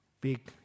Big